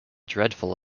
dreadful